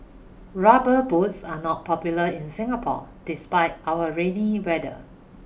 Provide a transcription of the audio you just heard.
rubber boots are not popular in Singapore despite our rainy weather